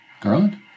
Garland